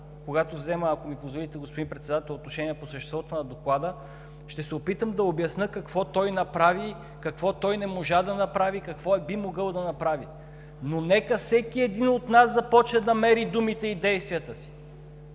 отношение – ако ми позволите, господин Председател, по съществото на Доклада, ще се опитам да обясня какво той направи, какво не можа да направи, какво би могъл да направи. Но нека всеки един от нас започне да мери думите и действията си,